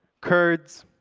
kurds,